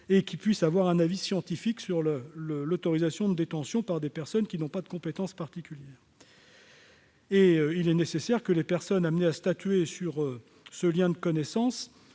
qui pourront émettre un avis scientifique sur l'autorisation de détention par des personnes n'ayant pas de compétence particulière. Il est nécessaire que ceux qui seront amenés à statuer sur ce lien de connaissances